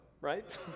right